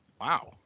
Wow